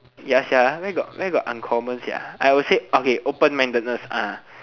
ya sia where got where got uncommon sia I will say okay open mindedness ah